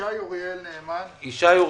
ישי אוריאל נאמן,